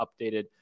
updated